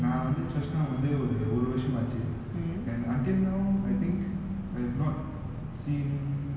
நா வந்து:naa vanthu choa chu kang வந்து ஒரு ஒரு வருசமாச்சு:vanthu oru oru varusamaachu and until now I think I have not seen